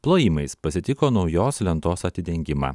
plojimais pasitiko naujos lentos atidengimą